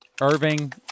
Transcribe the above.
irving